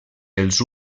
els